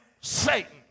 Satan